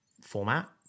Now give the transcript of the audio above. format